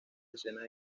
decenas